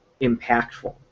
impactful